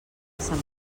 sant